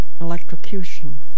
electrocution